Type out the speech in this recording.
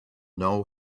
know